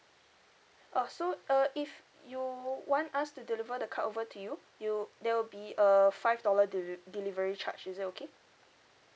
uh so uh if you want us to deliver the card over to you you there will be a five dollar deli~ delivery charge is that okay